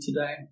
today